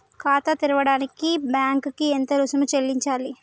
ఖాతా తెరవడానికి బ్యాంక్ కి ఎంత రుసుము చెల్లించాలి?